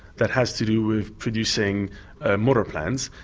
that has to do with producing motor plans.